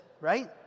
right